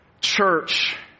church